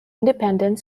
independent